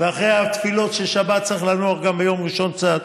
ואחרי התפילות של שבת צריך לנוח גם ביום ראשון קצת,